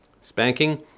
spanking